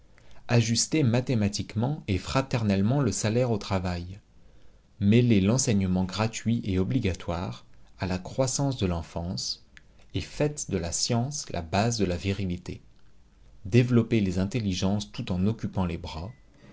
ajustez mathématiquement et fraternellement le salaire au travail mêlez l'enseignement gratuit et obligatoire à la croissance de l'enfance et faites de la science la base de la virilité développez les intelligences tout en occupant les bras